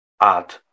add